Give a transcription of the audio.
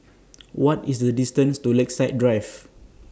What IS The distance to Lakeside Drive